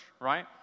right